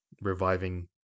reviving